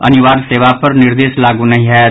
अनिवार्य सेवा पर निर्देश लागू नहि होयत